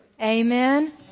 amen